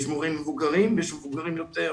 יש מורים מבוגרים ויש מבוגרים יותר.